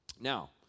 Now